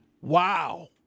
Wow